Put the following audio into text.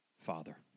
father